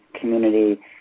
community